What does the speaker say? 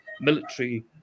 military